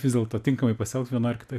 vis dėlto tinkamai pasielgt vienoj ar kitoj